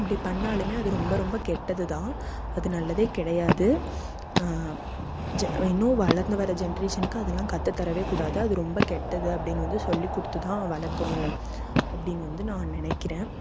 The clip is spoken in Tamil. அப்படி பண்ணாலுமே அது ரொம்ப ரொம்ப கெட்டது தான் அது நல்லதே கிடையாது ஜ இன்னும் வளர்ந்து வர்ற ஜெண்ட்ரேஷனுக்கு அதெல்லாம் கற்று தரவே கூடாது அது ரொம்ப கெட்டது அப்படின்னு வந்து சொல்லி கொடுத்து தான் வளர்க்கணும் அப்படின்னு வந்து நான் நினக்கிறேன்